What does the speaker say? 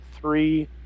three